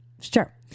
sure